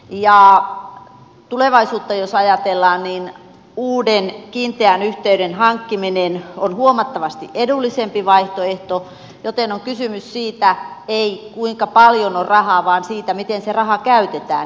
jos tulevaisuutta ajatellaan niin uuden kiinteän yhteyden hankkiminen on huomattavasti edullisempi vaihtoehto joten kysymys ei ole siitä kuinka paljon on rahaa vaan siitä miten se raha käytetään